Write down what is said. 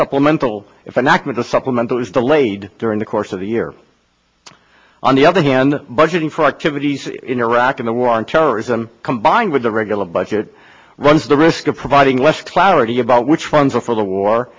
supplemental if enactment the supplemental is delayed during the course of the year on the other hand budgeting for activities in iraq in the war on terrorism combined with the regular budget runs the risk of providing less clarity about which ones were for the war